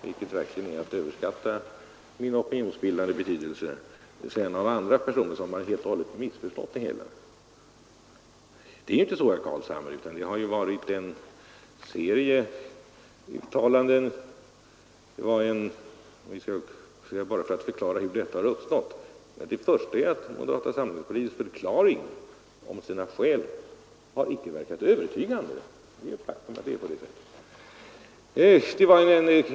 Men det är verkligen att överskatta min opinionsbildande betydelse. Det är inte så, herr Carlshamre. Det är nämligen andra personer som i så fall också har missförstått den här saken, och det har gjorts en hel serie uttalanden som skapat denna föreställning om moderata samlingspartiet. Den första förklaringen till att missförstånd uppstått är att moderata samlingspartiets förklaring om sina skäl inte har verkat övertygande. Det är ett faktum.